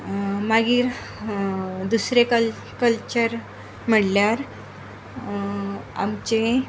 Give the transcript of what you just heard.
मागीर दुसरें कल कल्चर म्हणल्यार आमचें